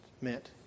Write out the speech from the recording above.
meant